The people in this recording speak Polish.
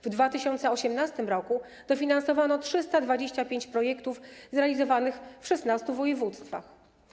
W 2018 r. dofinansowano 325 projektów zrealizowanych w 16 województwach.